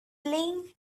playing